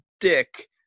dick